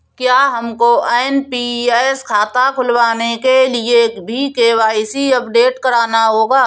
क्या हमको एन.पी.एस खाता खुलवाने के लिए भी के.वाई.सी अपडेट कराना होगा?